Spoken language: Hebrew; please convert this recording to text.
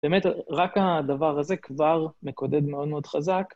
באמת רק הדבר הזה כבר מקודד מאוד מאוד חזק.